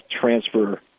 transfer